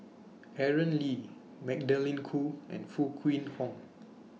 Aaron Lee Magdalene Khoo and Foo Kwee Horng